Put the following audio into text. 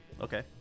okay